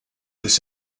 this